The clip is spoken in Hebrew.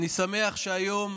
אני שמח שהיום